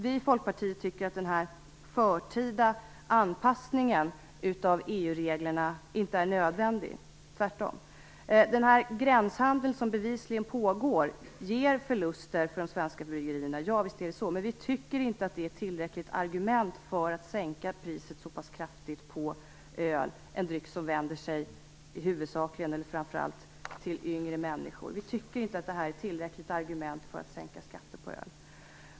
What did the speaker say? Vi i Folkpartiet tycker att den förtida anpassningen av EU-reglerna inte är nödvändig, tvärtom. Den gränshandel som bevisligen pågår ger förluster för de svenska bryggerierna, visst är det så. Men vi tycker inte att det är ett tillräckligt argument för att sänka priset så pass kraftigt på öl, en dryck som man framför allt vänder sig till yngre människor med. Vi tycker inte att det är ett tillräckligt argument för att sänka skatten på öl.